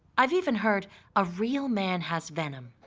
i've even heard a real man has venom